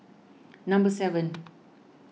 number seven